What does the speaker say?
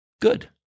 good